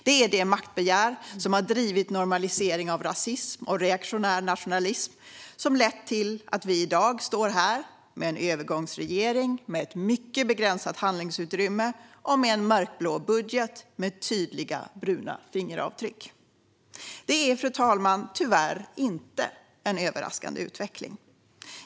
Det är detta maktbegär som har drivit normaliseringen av rasism och reaktionär nationalism och lett till att vi i dag står här med en övergångsregering med mycket begränsat handlingsutrymme och en mörkblå budget med tydliga, bruna fingeravtryck. Detta är tyvärr inte en överraskande utveckling, fru talman.